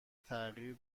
تغییر